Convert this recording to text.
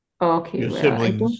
Okay